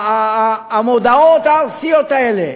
מהמודעות הארסיות האלה,